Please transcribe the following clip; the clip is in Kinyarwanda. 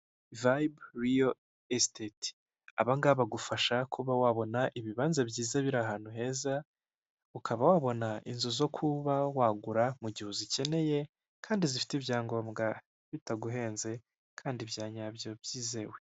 Vayibu riyo esiteti, aba ngaba bagufasha kuba wabona ibibanza byiza biri ahantu heza ukaba, wabona inzu zo kuba wagura mu gihe uzikeneye, kandi zifite ibyangombwa bitaguhenze kandi bya nyabyo byizewe.